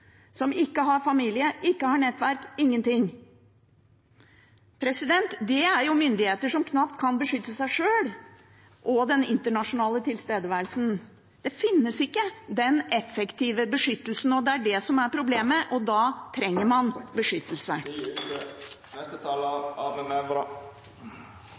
som ikke har familie, ikke har nettverk – ingenting. Det er jo myndigheter som knapt kan beskytte seg sjøl og den internasjonale tilstedeværelsen. Det finnes ikke noen effektiv beskyttelse der. Det er det som er problemet. Da trenger man beskyttelse.